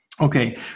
Okay